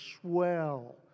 swell